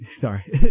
sorry